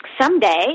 someday